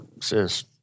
says